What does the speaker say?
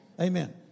Amen